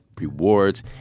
rewards